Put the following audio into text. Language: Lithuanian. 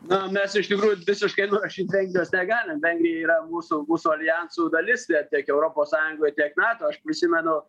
na mes iš tikrųjų visiškai nurašyt vengrijos negalim vengrija yra mūsų mūsų aljansų dalis tiek europos sąjungoj tiek nato aš prisimenu